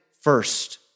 first